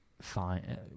fine